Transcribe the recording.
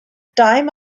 time